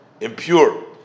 impure